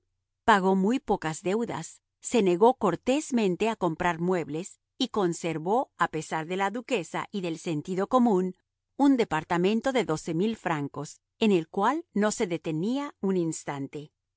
pagó muy pocas deudas se negó cortésmente a comprar muebles y conservó a pesar de la duquesa y del sentido común un departamento de francos en el cual no se detenía un instante